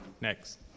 Next